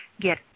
get